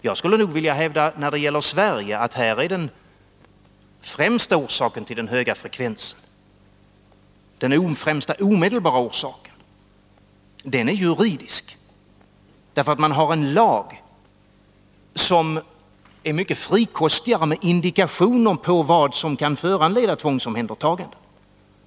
När det gäller Sverige skulle jag nog vilja hävda att den främsta omedelbara orsaken till den höga frekvensen är juridisk — det finns en lag som är mycket frikostig med indikationer på vad som kan föranleda tvångsomhändertagande.